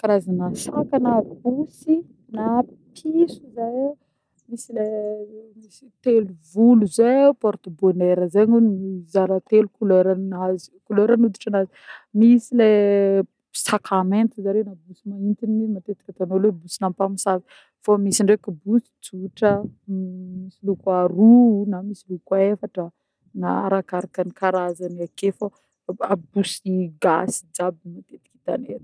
Karazagna saka na bosy na piso ozy zehe: misy le misy telo volo ze porte bônera ze ogno mizara telo couleur nazy couleur ny hoditra anazy, misy le saka mainty na bosy mahintigny matetiky atôn'olo hoe bosina ampamosavy fô misy ndreky bosy tsotra m- misy loko aroa na misy loko efatra na arakarakan'ny karazany akeo fô a-bosy gasy jiaby matetiky hitane aty.